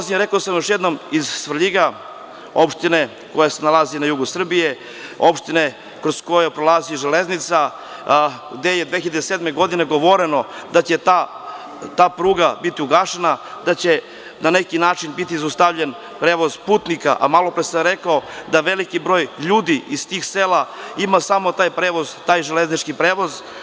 Rekao sam, ja dolazim iz Svrljiga, opštine koja se nalazi na jugu Srbije, opštine kroz koju prolazi železnica, gde je 2007. godine, govoreno da će ta pruga biti ugašena, da će na neki način biti zaustavljen prevoz putnika, a malopre sam rekao da veliki broj ljudi iz tih sela ima samo taj železnički prevoz.